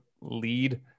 lead